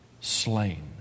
slain